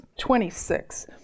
26